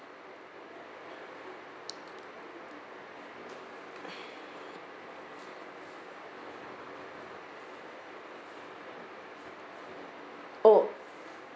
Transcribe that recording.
oh